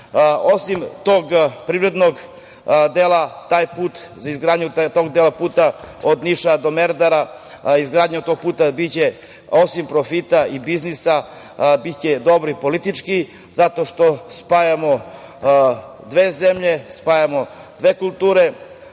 tog privrednog dela, taj put za izgradnju tog dela puta od Niša do Merdara, izgradnja tog puta biće, osim profita i biznisa, biće dobro i politički zato što spajamo dve zemlje, spajamo dve kulture,